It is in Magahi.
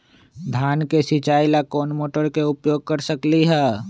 धान के सिचाई ला कोंन मोटर के उपयोग कर सकली ह?